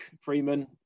Freeman